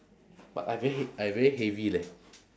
but I very he~ I very heavy leh